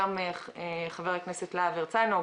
חבר הכנסת להב הרצנו,